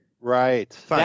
Right